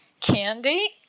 candy